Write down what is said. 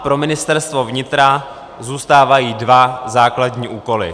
A pro Ministerstvo vnitra zůstávají dva základní úkoly.